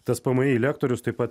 tspmi lektorius taip pat